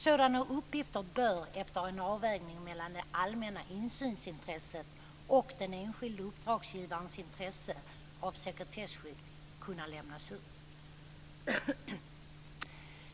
Sådana uppgifter bör efter en avvägning mellan det allmänna insynsintresset och den enskilde uppdragsgivarens intresse av sekretesskydd kunna lämnas ut.